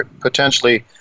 potentially